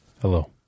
Hello